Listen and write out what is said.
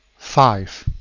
five.